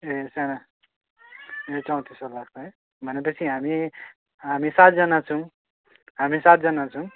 ए सानो ए चौँतिस सय लाग्छ है भनेपछि हामी हामी सातजना छौँ हामी सातजना छौँ